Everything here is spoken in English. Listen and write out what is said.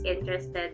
interested